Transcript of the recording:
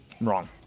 Wrong